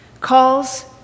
Calls